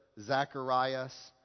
Zacharias